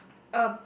a